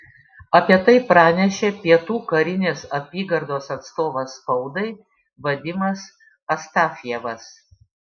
apie tai pranešė pietų karinės apygardos atstovas spaudai vadimas astafjevas